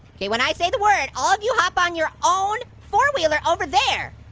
okay when i say the word, all of you hop on your own fourwheeler over there,